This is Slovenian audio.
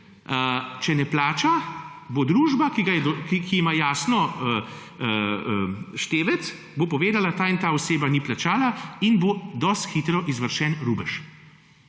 če ne plača, bo družba, ki ima jasno števec, bo povedala, ta in ta oseba ni plačala in bo dosti hitro izvršen rubež.